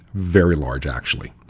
very large, actually.